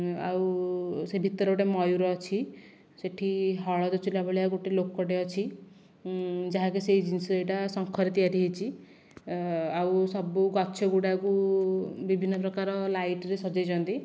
ଆଉ ସେ ଭିତରେ ଗୋଟିଏ ମୟୁର ଅଛି ସେଇଠି ହଳଦୀ ଚୁଲା ଭଳିଆ ଗୋଟିଏ ଲୋକଟିଏ ଅଛି ଯାହାକି ସେଇଟା ଶଙ୍ଖରେ ତିଆରି ହୋଇଛି ଆଉ ସବୁ ଗଛ ଗୁଡ଼ାକୁ ବିଭିନ୍ନ ପ୍ରକାର ଲାଇଟ୍ ରେ ସଜାଇଛନ୍ତି